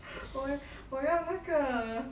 我我要那个